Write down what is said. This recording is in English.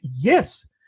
yes